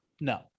No